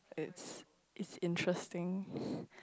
it's is interesting